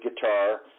guitar